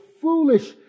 foolish